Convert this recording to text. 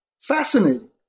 Fascinating